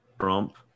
Trump